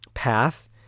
Path